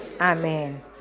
Amen